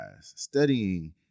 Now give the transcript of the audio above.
studying